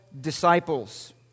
disciples